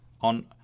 on